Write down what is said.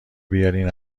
بیارین